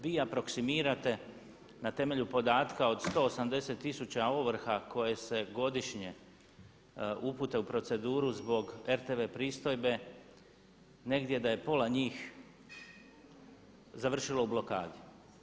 Vi aproksimirate na temelju podatka od 180 tisuća ovrha koje se godišnje upute u proceduru zbog RTV pristojbe negdje da je pola njih završilo u blokadi.